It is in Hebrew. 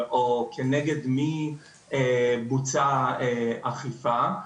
או כנגד מי בוצעה אכיפה.